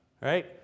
right